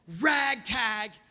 ragtag